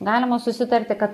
galima susitarti kad